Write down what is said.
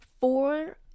four